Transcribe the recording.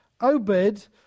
Obed